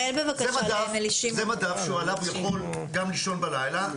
זה מדף שהתרנגולת כולה עליו גם לישון בלילה